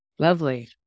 Lovely